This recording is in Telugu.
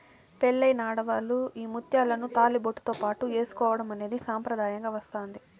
పెళ్ళైన ఆడవాళ్ళు ఈ ముత్యాలను తాళిబొట్టుతో పాటు ఏసుకోవడం అనేది సాంప్రదాయంగా వస్తాంది